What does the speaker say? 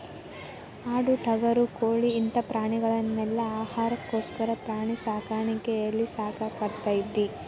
ಆಡು ಟಗರು ಕೋಳಿ ಇಂತ ಪ್ರಾಣಿಗಳನೆಲ್ಲ ಆಹಾರಕ್ಕೋಸ್ಕರ ಪ್ರಾಣಿ ಸಾಕಾಣಿಕೆಯಲ್ಲಿ ಸಾಕಲಾಗ್ತೇತಿ